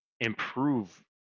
improve